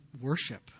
worship